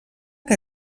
que